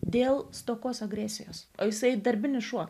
dėl stokos agresijos o jisai darbinis šuo